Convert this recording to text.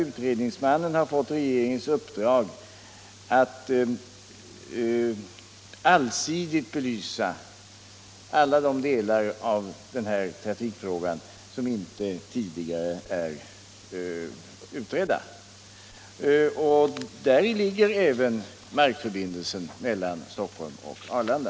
Utredningsmannen har alltså fått regeringens uppdrag att allsidigt belysa alla de delar av den här trafikfrågan som inte tidigare är utredda. Däri ingår även markförbindelsen mellan Stockholm och Arlanda.